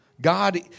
God